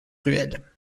ruelle